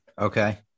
Okay